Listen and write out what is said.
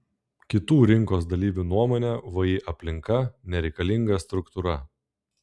kitų rinkos dalyvių nuomone vį aplinka nereikalinga struktūra